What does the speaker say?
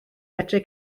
medru